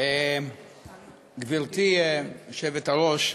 גברתי היושבת-ראש,